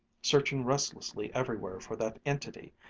searching restlessly everywhere for that entity,